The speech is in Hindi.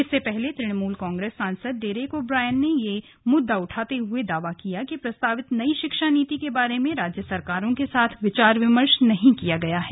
इससे पहले तृणमूल कांग्रेस सांसद डेरेक ओ ब्रायन ने यह मुद्दा उठाते हुए दावा किया कि प्रस्तावित नई शिक्षा नीति के बारे में राज्य सरकारों के साथ विचार विमर्श नहीं किया गया है